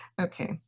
Okay